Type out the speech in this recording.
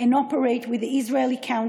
כל מי שאני מדבר איתו, אלו הם דבריו.